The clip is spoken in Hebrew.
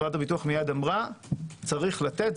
חברת הביטוח מייד אמרה שצריך לתת,